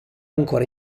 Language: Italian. ancora